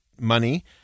money